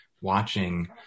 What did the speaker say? watching